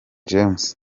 james